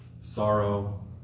Sorrow